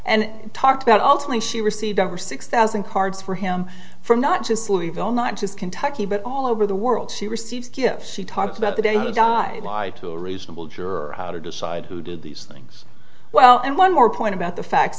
and talked about ultimately she received over six thousand cards for him from not just louisville not just kentucky but all over the world she received gifts she talked about the day he died lied to a reasonable juror how to decide who did these things well and one more point about the facts